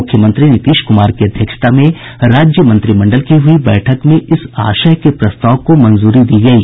मुख्यमंत्री नीतीश कुमार की अध्यक्षता में राज्य मंत्रिमंडल की हुई बैठक में इस आशय के प्रस्ताव को मंजूरी दी गयी